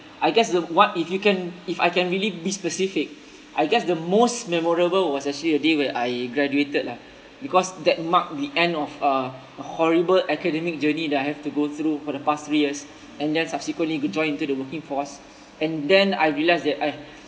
I guess the what if you can if I can really be specific I guess the most memorable was actually a day where I graduated lah because that mark the end of uh a horrible academic journey that I have to go through for the past three years and then subsequently go join into the working force and then I realise that !aiya!